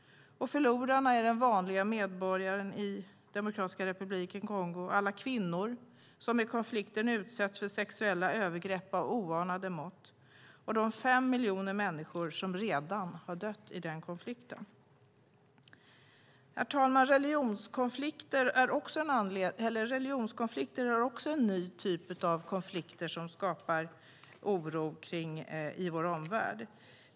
Förlorarna är den vanliga medborgaren i Demokratiska republiken Kongo, alla kvinnor som i konflikten utsätts för sexuella övergrepp av oanade mått och de fem miljoner människor som redan har dött i konflikten. Herr talman! Religionskonflikter är en ny typ av konflikter som skapar oro i vår omvärld.